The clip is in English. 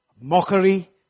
mockery